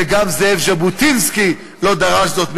וגם זאב ז'בוטינסקי לא דרש זאת מעולם,